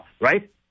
right